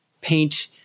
paint